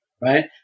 right